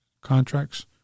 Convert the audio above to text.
contracts